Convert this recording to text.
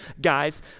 guys